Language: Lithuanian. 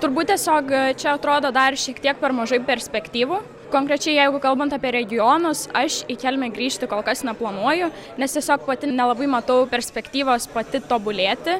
turbūt tiesiog čia atrodo dar šiek tiek per mažai perspektyvų konkrečiai jeigu kalbant apie regionus aš į kelmę grįžti kol kas neplanuoju nes tiesiog pati nelabai matau perspektyvos pati tobulėti